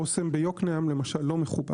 אוסם ביקנעם למשל לא.